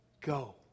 go